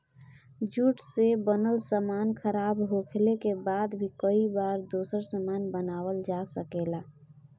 jute से बनल सामान खराब होखले के बाद भी कई बार दोसर सामान बनावल जा सकेला